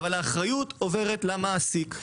אבל האחריות עוברת למעסיק.